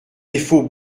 défaut